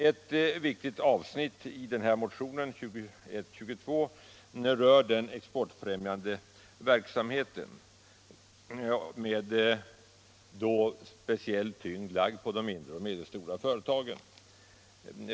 Ett viktigt avsnitt i motionen 2122 rör den exportfrämjande verksamheten med särskild tyngd lagd på de mindre och medelstora företagen.